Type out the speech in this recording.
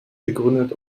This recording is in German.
gegründet